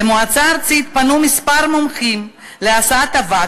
למועצה הארצית פנו כמה מומחים לאבק,